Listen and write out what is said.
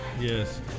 Yes